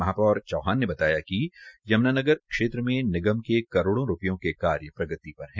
महापौर चौहान ने बताया कि यम्नानगर क्षेत्र मे निगम के करोड़ो रूपयों के कार्यप्रगति पर है